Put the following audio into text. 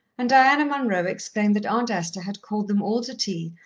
and diana munroe exclaimed that aunt esther had called them all to tea,